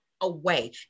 away